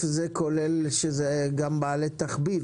1,000 זה כולל גם אנשים שעוסקים בדיג כתחביב?